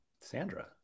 Sandra